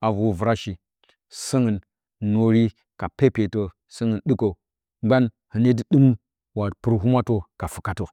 a vor vrashi səungu nori ka pepetə səungu ɗikə gban hine dɨ dəm wato purəhumwatə ka fuktə.